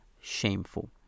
shameful